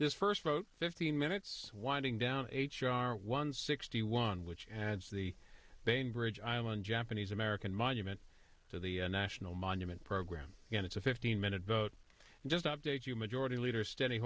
this first vote fifteen minutes winding down h r one sixty one which adds the bainbridge island japanese american monument to the national monument program and it's a fifteen minute vote just update you majority leader standing